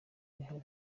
rihari